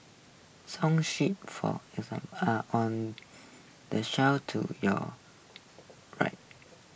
song sheets for are on the shelf to your right